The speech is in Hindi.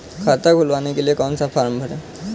खाता खुलवाने के लिए कौन सा फॉर्म भरें?